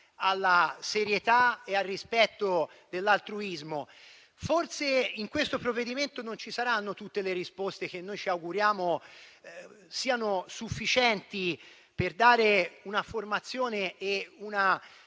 alla serietà e al rispetto dell'altruismo. Forse in questo provvedimento non ci saranno tutte le risposte che noi ci auguriamo siano sufficienti per dare una formazione e una